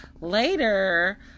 later